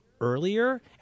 earlier